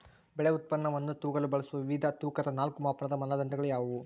ಬೆಳೆ ಉತ್ಪನ್ನವನ್ನು ತೂಗಲು ಬಳಸುವ ವಿವಿಧ ತೂಕದ ನಾಲ್ಕು ಮಾಪನದ ಮಾನದಂಡಗಳು ಯಾವುವು?